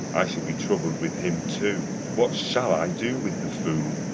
i shall be troubled with him too what shall i do with the fool?